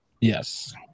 Yes